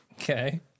Okay